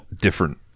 Different